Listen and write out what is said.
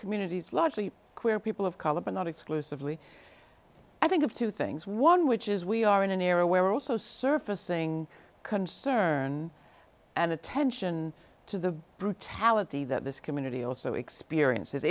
communities largely where people of color but not exclusively i think of two things one which is we are in an era where also surfacing concern and attention to the brutality that this community also experience